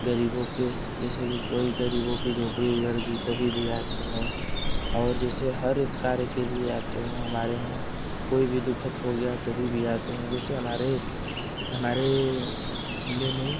गरीबों के जैसे कि कोई गरीबों की झोंपड़ी झड़ गई तभी भी आते हैं और जैसे हर एक कार्य के लिए आते हैं हमारे यहाँ कोई भी दुःखद हो गया तभी भी आते हैं जैसे हमारे हमारे ज़िले में